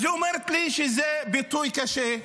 אז היא אומרת לי שזה ביטוי קשה.